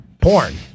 porn